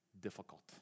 difficult